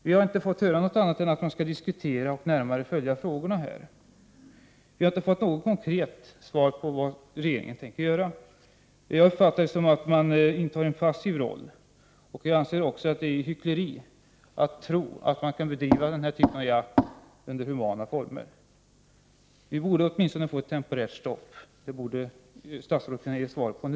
Vi har inte fått höra något annat än att regeringen skall diskutera och närmare följa frågorna. Vi har inte fått något konkret svar. Jag uppfattar det som att regeringen intar en passiv roll. Jag anser att det är hyckleri att tro att denna typ av jakt kan bedrivas i humana former. Det borde åtminstone införas ett temporärt stopp av jakten. Det borde statsrådet kunna ge besked om nu.